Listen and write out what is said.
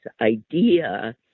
idea